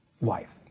wife